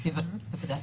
בוודאי.